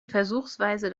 versuchsweise